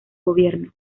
gobierno